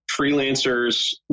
Freelancers